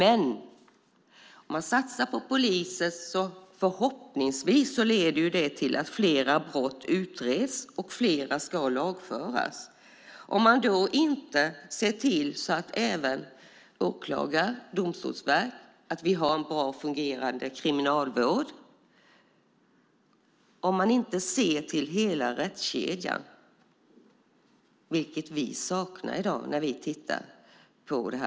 En satsning på polisen leder förhoppningsvis till att fler brott utreds och lagförs, och då måste man se till hela rättskedjan, det vill säga åklagare, domstolsväsen och kriminalvård. Det saknar vi i dag när vi tittar på detta.